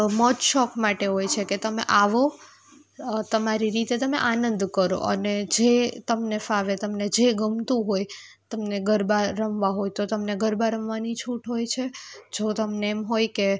મોજ શોખ માટે હોય છે કે તમે આવો તમારી રીતે તમે આનંદ કરો અને જે તમને ફાવે તમને જે ગમતું હોય તમને ગરબા રમવા હોય તો તમને ગરબા રમવાની છૂટ હોય છે જો તમને એમ હોય કે